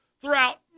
throughout